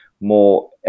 more